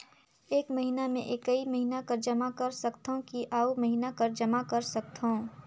एक महीना मे एकई महीना कर जमा कर सकथव कि अउ महीना कर जमा कर सकथव?